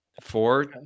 Four